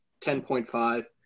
10.5